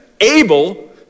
able